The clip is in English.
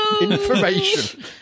information